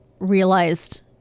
realized